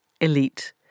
elite